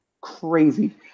crazy